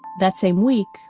that same week,